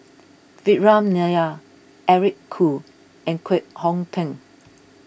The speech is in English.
Vikram Nair Eric Khoo and Kwek Hong Png